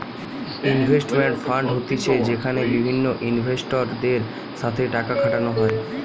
investment fund মানে হতিছে যেখানে বিভিন্ন ইনভেস্টরদের সাথে টাকা খাটানো হয়